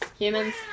Humans